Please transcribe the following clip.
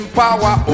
power